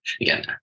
again